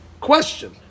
question